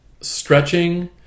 Stretching